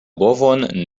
bovon